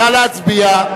נא להצביע.